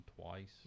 twice